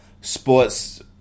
sports